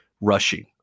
rushing